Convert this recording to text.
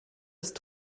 ist